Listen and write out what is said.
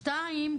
שניים,